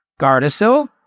Gardasil